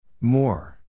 more